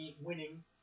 winning